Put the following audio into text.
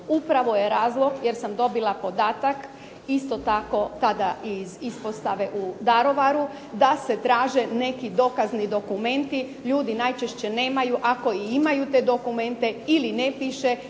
Upravo je razlog jer sam dobila podatak isto tako tada iz ispostave u Daruvaru da se traže neki dokazni dokumenti. Ljudi najčešće nema a ako i imaju te dokumente ili ne piše